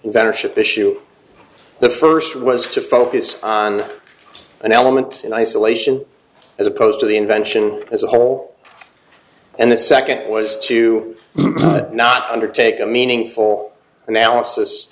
better ship issue the first was to focus on an element in isolation as opposed to the invention as a whole and the second was to not undertake a meaningful analysis